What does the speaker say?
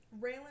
Raylan